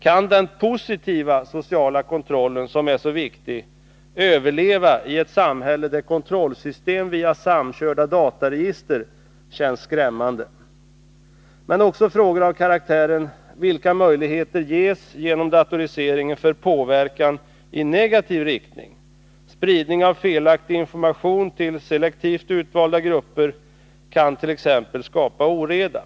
Kan den positiva sociala kontrollen — som är så viktig — överleva i ett samhälle där kontrollsystem via samkörda dataregister känns skrämmande? Men vi bör också ställa oss frågor av följande karaktär: Vilka möjligheter till påverkan i negativ riktning ges genom datoriseringen? Spridning av felaktig information till utvalda grupper kan t.ex. lätt skapa oreda.